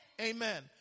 Amen